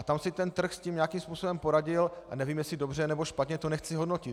Tam si ten trh nějakým způsobem poradil, nevím, jestli dobře, nebo špatně, to nechci hodnotit.